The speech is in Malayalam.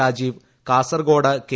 രാജീവ് കാസർഗോഡ് കെ